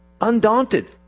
undaunted